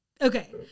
Okay